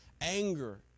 anger